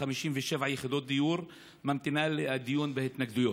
57 יחידות דיור ממתינה לדיון בהתנגדויות,